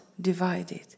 divided